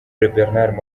bernard